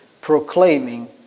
proclaiming